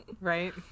Right